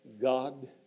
God